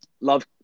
Love